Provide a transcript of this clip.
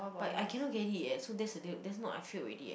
but I cannot get it eh so that's the deal that's not I failed already eh